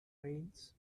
rains